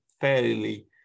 fairly